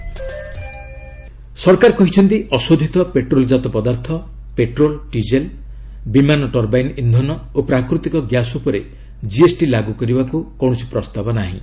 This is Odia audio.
ଏଫ୍ଏମ୍ ସରକାର କହିଛନ୍ତି ଅଶୋଧିତ ପେଟ୍ରୋଲ ଜାତ ପଦାର୍ଥ ପେଟ୍ରୋଲ ଡିଜେଲ ବିମାନ ଟର୍ବାଇନ୍ ଇନ୍ଧନ ଓ ପ୍ରାକୃତିକ ଗ୍ୟାସ ଉପରେ ଜିଏସ୍ଟି ଲାଗୁ କରିବାକୁ କୌଣସି ପ୍ରସ୍ତାବ ନାହିଁ